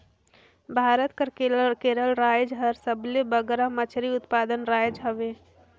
भारत कर केरल राएज हर सबले बगरा मछरी उत्पादक राएज हवे